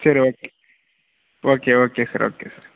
சரி okay okay okay sir okay sir